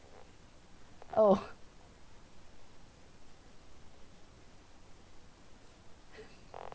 oh